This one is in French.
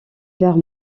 vers